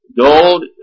Gold